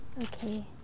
okay